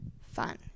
fun